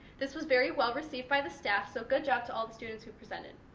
this was very well-received by the staff so good job to all the students who presented.